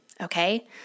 Okay